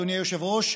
אדוני היושב-ראש,